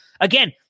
again